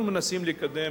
אנחנו מנסים לקדם,